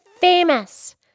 famous